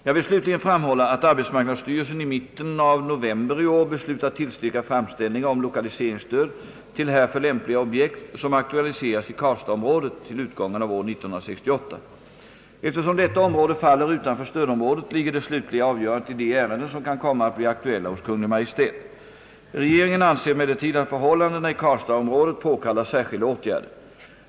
Jag vill slutligen framhålla att arbetsmarknadsstyrelsen i mitien av november i år beslutat tillstyrka framställningar om lokaliseringsstöd till härför lämpliga objekt, som aktualiseras i karlstadsområdet till utgången av år 1968. Eftersom detta område faller utanför stödområdet ligger det slutliga avgörandet hos Kungl. Maj:t i de ärenden, som kan komma att bli aktuella. Regeringen anser emellertid att förhållandena i karlstadsområdet påkallar särskilda åtgärder.